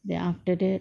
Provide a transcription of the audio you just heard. then after that